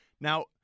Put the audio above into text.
Now